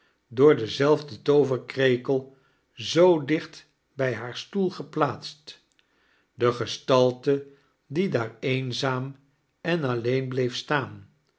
door denaelfden tooverkrekel zoo dicht bij hoar stoel geplaatst de gestalte die daar eenzaam en alleen bleef staan